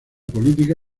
política